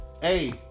hey